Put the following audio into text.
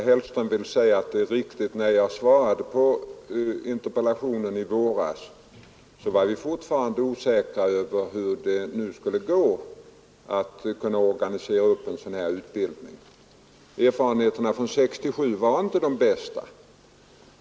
Herr talman! När jag svarade på interpellationen i våras, herr Hellström, var vi fortfarande osäkra om hur det skulle gå att organisera upp en utbildning av det slag som det här gäller. Erfarenheterna från 1967 var inte de bästa.